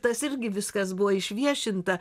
tas irgi viskas buvo išviešinta